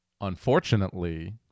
unfortunately